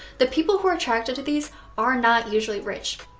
the people who are attracted to these are not usually rich.